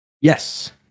Yes